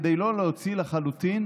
כדי לא להוציא לחלוטין